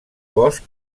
bosc